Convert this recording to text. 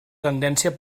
tendència